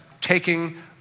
taking